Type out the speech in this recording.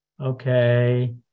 Okay